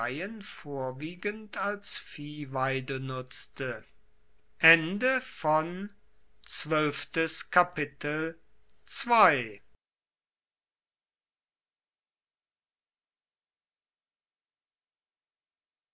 vorwiegend als viehweide nutzte